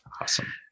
Awesome